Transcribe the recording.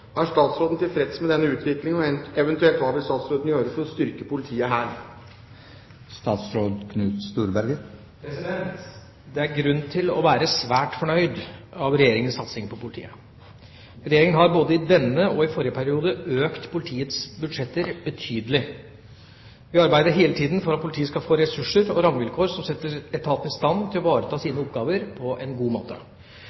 Er statsråden tilfreds med denne utviklingen, og eventuelt hva vil statsråden gjøre for å styrke politiet her?» Det er grunn til å være svært fornøyd med Regjeringas satsing på politiet. Regjeringa har både i denne og i forrige periode økt politiets budsjetter betydelig. Vi arbeider hele tida for at politiet skal få ressurser og rammevilkår som setter etaten i stand til å ivareta